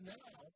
now